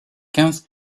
quinze